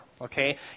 Okay